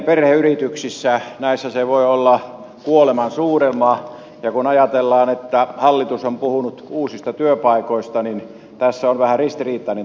näissä se voi olla kuoleman suudelma ja kun ajatellaan että hallitus on puhunut uusista työpaikoista niin tässä on vähän ristiriitainen tilanne